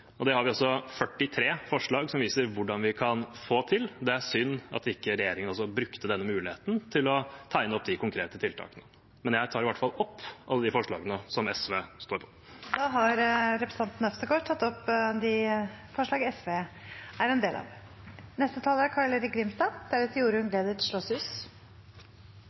Vi har altså 41 forslag som viser hvordan vi kan få det til. Det er synd at regjeringen ikke brukte denne muligheten til å tegne opp de konkrete tiltakene. – Men jeg tar i hvert fall opp SVs forslag. Da har representanten Freddy André Øvstegård tatt opp de forslagene han refererte til. Vårens desidert mest uskjønne eventyr, for det er